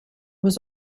was